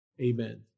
Amen